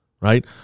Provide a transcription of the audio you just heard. Right